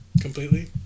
Completely